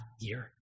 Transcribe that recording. year